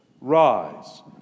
rise